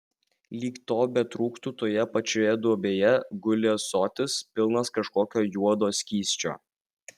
lyg to betrūktų toje pačioje duobėje guli ąsotis pilnas kažkokio juodo skysčio